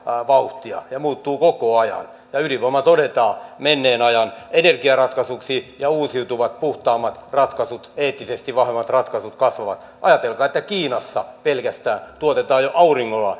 vauhtia ja muuttuu koko ajan ja ydinvoima todetaan menneen ajan energiaratkaisuksi ja uusiutuvat puhtaammat ratkaisut eettisesti vahvemmat ratkaisut kasvavat ajatelkaa että kiinassa pelkästään tuotetaan jo auringolla